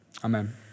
Amen